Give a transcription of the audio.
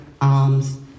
alms